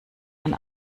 man